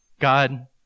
God